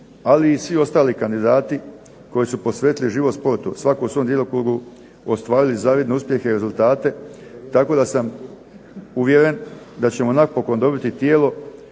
Ali i svi ostali kandidati koji su posvetili život sportu, svako u svom djelokrugu ostvarili zavidne uspjehe i rezultate, tako da sam uvjeren da ćemo napokon dobiti tijelo